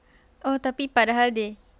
oh tapi padahal they